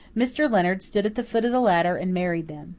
mr. leonard stood at the foot of the ladder and married them.